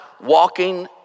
walking